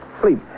Sleep